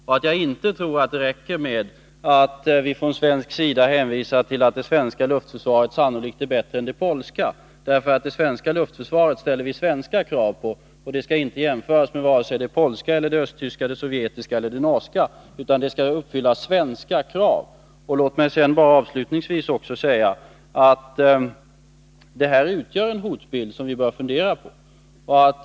Jag tror inte att det räcker att vi från svensk sida hänvisar till att det svenska luftförsvaret sannolikt är bättre än det polska. På det svenska luftförsvaret ställer vi nämligen svenska krav. Det skall inte jämföras med vare sig det polska, det östtyska, det sovjetiska eller det norska utan det skall uppfylla svenska krav. Låt mig sedan avslutningsvis säga att det här utgör en hotbild som vi bör fundera på.